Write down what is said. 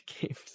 games